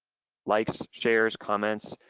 likes, shares, comments,